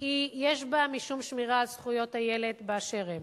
יש משום שמירה על זכויות הילד באשר הן,